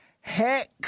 Heck